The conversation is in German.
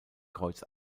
kreuz